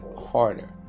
harder